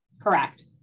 Correct